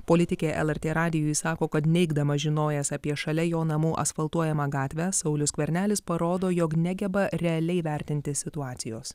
politikė lrt radijui sako kad neigdamas žinojęs apie šalia jo namų asfaltuojamą gatvę saulius skvernelis parodo jog negeba realiai vertinti situacijos